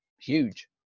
huge